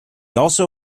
also